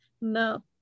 No